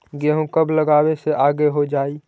गेहूं कब लगावे से आगे हो जाई?